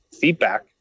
feedback